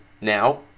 now